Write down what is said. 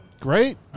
Great